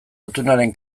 atunaren